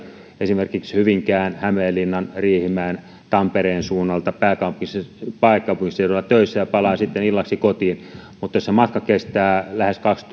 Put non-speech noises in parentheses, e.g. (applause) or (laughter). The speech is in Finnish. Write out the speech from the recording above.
esimerkiksi hyvinkään hämeenlinnan riihimäen tampereen suunnalta pääkaupunkiseudulla pääkaupunkiseudulla töissä ja palaa sitten illaksi kotiin mutta jos se matka kestää lähes kaksi (unintelligible)